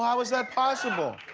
how is that possible?